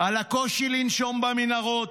על הקושי לנשום במנהרות,